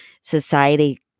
society